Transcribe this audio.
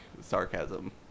sarcasm